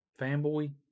fanboy